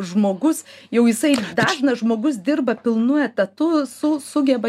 žmogus jau jisai dažnas žmogus dirba pilnu etatu su sugeba